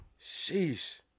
Sheesh